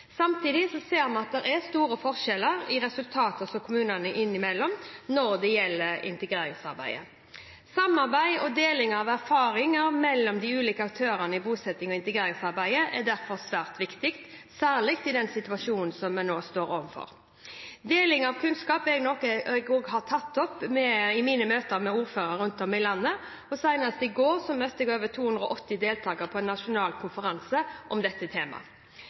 Samtidig ser vi at det er store forskjeller i resultater kommunene imellom når det gjelder integreringsarbeidet. Samarbeid og deling av erfaring mellom de ulike aktørene i bosettings- og integreringsarbeidet er derfor svært viktig, særlig i den situasjonen vi nå står overfor. Deling av kunnskap er noe jeg også har tatt opp i mine møter med ordførere rundt om i landet, og senest i går møtte jeg over 280 deltakere på en nasjonal konferanse om dette